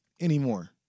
anymore